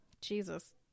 Jesus